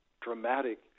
dramatic